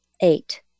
eight